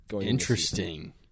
Interesting